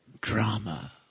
drama